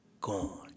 gone